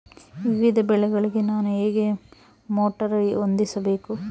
ವಿವಿಧ ಬೆಳೆಗಳಿಗೆ ನಾನು ಹೇಗೆ ಮೋಟಾರ್ ಹೊಂದಿಸಬೇಕು?